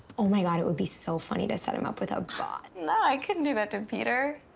oh, my god, it would be so funny to set him up with a bot. no, i couldn't do that to peter.